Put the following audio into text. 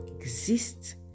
exist